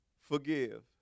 forgive